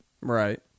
Right